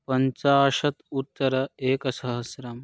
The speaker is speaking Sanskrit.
पञ्चाशत् उत्तर एकसहस्रं